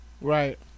Right